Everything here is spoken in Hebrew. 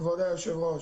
כבוד היושב-ראש,